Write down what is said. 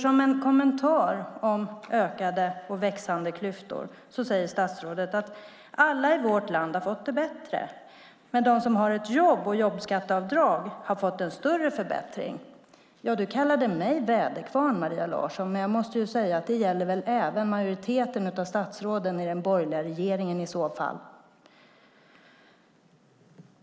Som en kommentar om ökade och växande klyftor säger statsrådet att alla i vårt land har fått det bättre, men att de som har ett jobb och jobbskatteavdrag har fått en större förbättring. Du kallade mig väderkvarn, Maria Larsson, men jag måste säga att det även gäller majoriteten av statsråden i den borgerliga regeringen i så fall.